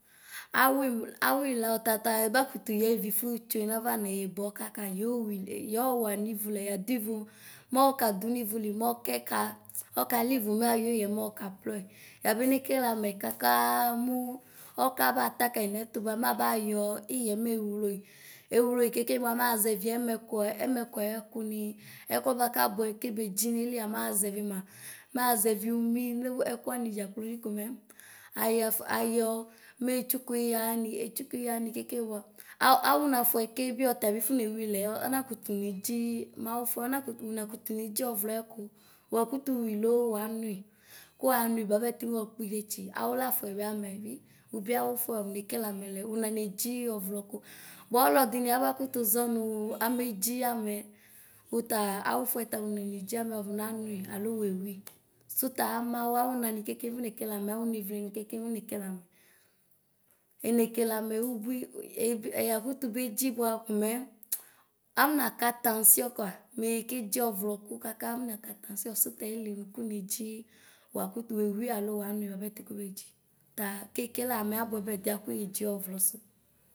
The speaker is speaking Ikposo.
Awu awilɛ ɔtata eba kutuyɔ ivifutsue nava neyeboɔkaka yooωi a yɔɔωa nivu la yaduivu, mɔɔkadu nivuli mɔkɛka ɔkalivu mayuɩɣɛ mɔɔ kplɔɛ. Yabene keleamɛ kakaaa mu ɔkabata kayu nɛtubha mabayɔ ɩɣɛ meɣloe. Eɣloe kekeba maʒeviɛmɛkuɛ ɛmɛkuaɛkuni. Ɔkuɛ bakabuɛ kebedzi neilia naʒuvi ma; maʒɛvi umi nu ɛkuani dzakplo li komɛ ayafa ayɔ metsukuiɣaani; Etsukuiɣaanj keke bua, a awuna ƒuɛ ke bi ɔtabu fonwwi laɛ ɔ ɔbakutu nedzi I, maɣufa ɔnakutu nakutu netsi ɔvlɔ aɛ ku. Wuakutuwi loo wuanui; kuwanhu bapɛ kimokpidetsi. Awulafuɛ biamɛbu, ubiawufuɛ ufone keleamɛ lɛa unanetsi ɔvlɔku. Bua ɔlɔdini abakutu ʒunuu amedzjam. Utaa awufuɛta unanedɩiamɛ, ufɔnanui alo wewii, suta amawu awunani kekem fone keleamɛ, awunevleni kekem fone keleamɛ. Enekeleamɛ ubui e eyebui yakutu bedʒi bua komɛ avɔnaka taŋsiɔ koa meekeɖzi ɔʋlɔku kakaafɔ naka taŋsiɔ sutele nu kuneɖzi. Wakuthewi alo wanui bapɛti kubeɖzi. Taa keekele amɛ abɛba ɛdiɛ kiyeɖzɩi ɔvlɔ su.